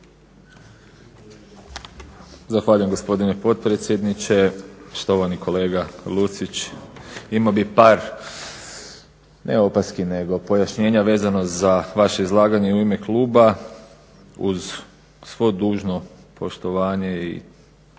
Zahvaljujem gospodine potpredsjedniče. Štovani kolega Lucić imao bih par ne opaski nego pojašnjena vezano za vaše izlaganje u ime kluba uz svo dužno poštovanje i na